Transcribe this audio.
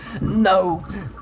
no